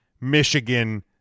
Michigan